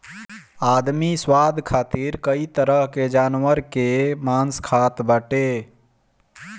आदमी स्वाद खातिर कई तरह के जानवर कअ मांस खात बाटे